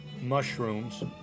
mushrooms